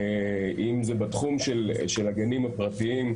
אם זה בתחום של הגנים הפרטיים,